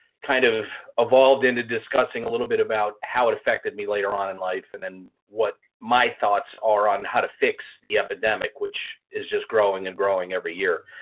kind of, evolved into discussing a little bit about how it affected me later on in life and then what my thoughts are on how to fix the epidemic which is just growing and growing every year.